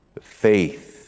faith